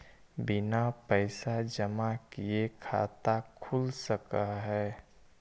बिना पैसा जमा किए खाता खुल सक है?